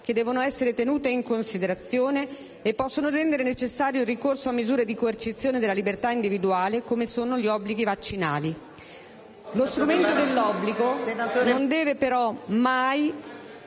che devono essere tenute in considerazione e possono rendere necessario il ricorso a misure di coercizione della libertà individuale come sono gli obblighi vaccinali. Lo strumento dell'obbligo non deve, però, mai